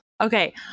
Okay